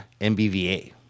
mbva